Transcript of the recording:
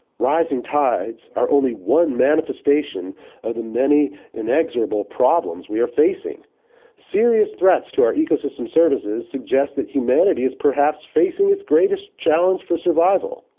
rising tides are only one manifestation of the many inexorable problems we are facing serious threats to our ecosystem services suggests that humanity is perhaps facing its greatest challenge for survival.